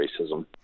racism